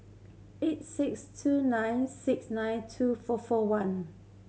eight six two nine six nine two four four one